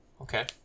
Okay